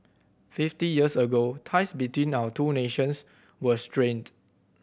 fifty years ago ties between our two nations were strained